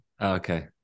Okay